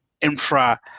infra